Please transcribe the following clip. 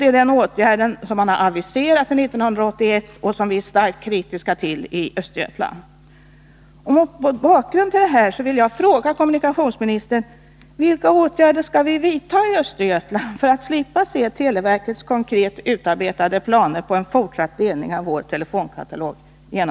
Det är den åtgärden som man har aviserat till 1981, och det är den som vi är starkt kritiska till i Östergötland.